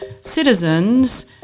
citizens